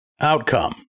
outcome